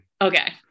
Okay